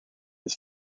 its